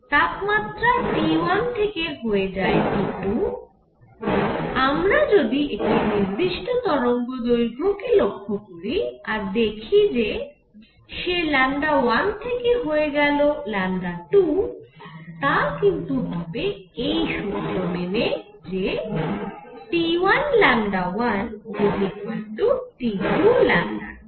তাপমাত্রা T1 থেকে হয়ে যায় T2 আমরা যদি একটি নির্দিষ্ট তরঙ্গদৈর্ঘ্য কে লক্ষ্য করি আর দেখি যে সে 1 থেকে হয়ে গেল 2 তা কিন্তু হবে এই সুত্র মেনে যে T1 1 T2 2